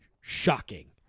shocking